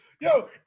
Yo